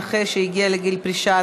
נכה שהגיע לגיל פרישה),